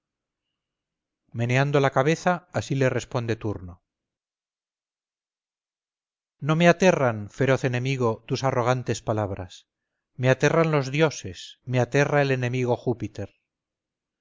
meneando la cabeza así le responde turno no me aterran feroz enemigo tus arrogantes palabras me aterran los dioses me aterra el enemigo júpiter